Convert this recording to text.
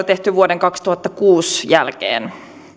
tehty vuoden kaksituhattakuusi jälkeen